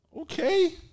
Okay